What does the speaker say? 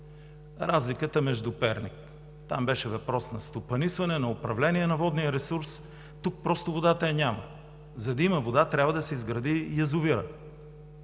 Разликата с Перник – там беше въпрос на стопанисване, на управление на водния ресурс, тук просто водата я няма. За да има вода, трябва да се изгради язовирът.